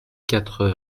quatre